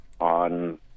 on